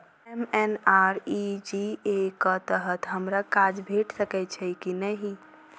MNREGA कऽ तहत हमरा काज भेट सकय छई की नहि?